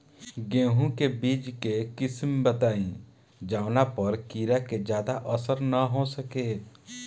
गेहूं के बीज के किस्म बताई जवना पर कीड़ा के ज्यादा असर न हो सके?